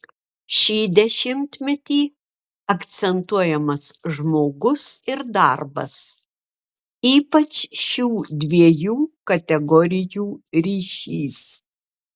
šį dešimtmetį akcentuojamas žmogus ir darbas ypač šių dviejų kategorijų ryšys